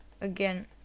again